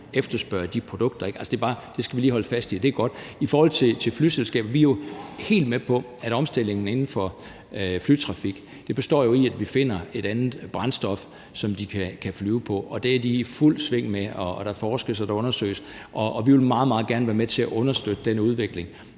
efterspørger de produkter, ikke? Det skal vi bare lige holde fast i, og det er godt. I forhold til flyselskaber er vi jo helt med på, at omstillingen inden for flytrafik består i, at vi finder et andet brændstof, som de kan flyve på, og det er de i fuld sving med. Der forskes, og der undersøges, og vi vil meget, meget gerne være med til at understøtte den udvikling.